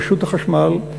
רשות החשמל,